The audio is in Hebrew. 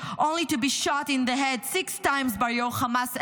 only to be shot in the head six times by your Hamas allies.